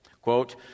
Quote